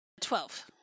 Twelve